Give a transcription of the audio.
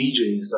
DJs